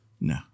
No